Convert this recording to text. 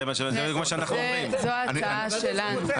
זו ההצעה שלנו.